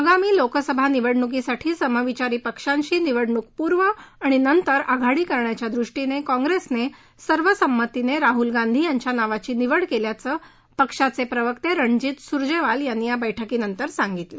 आगामी लोकसभा निवडणूकीसाठी समविचारी पक्षांशी निवडणूकपूर्व आणि नंतर आघाडी करण्याच्या दृष्टीनक्कॉंप्रस्तिस्तिर्वसंमतीनसिहल गांधी यांच्या नावाची निवड कल्पाच पक्षाचप्रिवर्त रुणजित सुरजघ्रीला यांनी या बैठकीनंतर सांगितलं